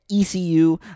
ECU